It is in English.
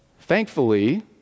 Thankfully